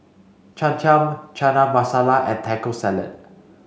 Cham Cham Chana Masala and Taco Salad